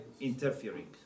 interfering